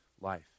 life